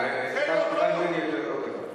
זה לא טוב?